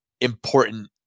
important